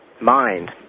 mind